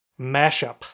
mashup